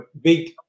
big